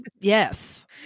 yes